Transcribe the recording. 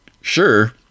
sure